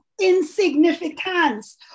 insignificance